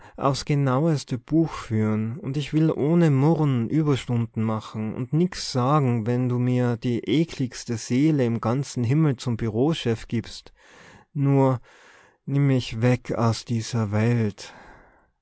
aufs genaueste buch führen und ich will ohne murren überstunden machen und nix sagen wenn du merr die ekligste seele im ganzen himmel zum bureauchef gibst nur nimm mich weg aus dieser welt